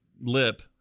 lip